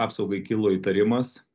apsaugai kilo įtarimas